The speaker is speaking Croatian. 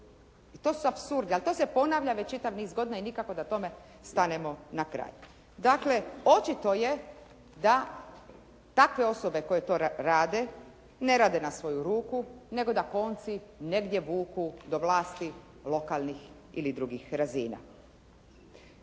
to su apsurdi, ali to se ponavlja već čitav niz godina i nikako da tome stanemo na kraj. Dakle, očito je da takve osobe koje to rade ne rade na svoju ruku nego da konci negdje vuku do vlasti lokalnih ili drugih razina.